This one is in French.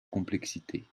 complexité